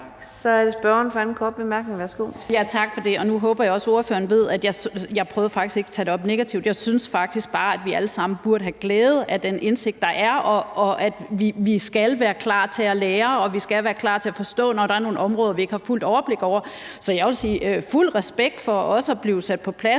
Så er det spørgeren for sin anden korte bemærkning. Værsgo. Kl. 15:27 Karin Liltorp (M): Tak for det. Nu håber jeg også, at ordføreren ved, at jeg faktisk ikke prøvede at tage det negativt op. Jeg synes faktisk bare, at vi alle sammen burde have glæde af den indsigt, der er, og at vi skal være klar til at lære og vi skal være klar til at forstå, når der er nogle områder, vi ikke har fuldt overblik over. Så jeg vil sige: Der er fuld respekt for også at blive sat på plads